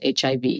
HIV